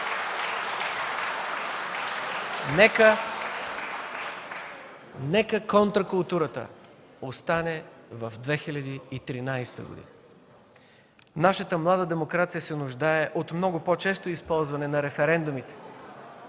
Нека контракултурата остане в 2013 г.! Нашата млада демокрация се нуждае от много по-често използване на референдумите,